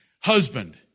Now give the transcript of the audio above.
husband